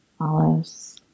Olives